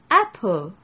apple